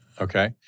Okay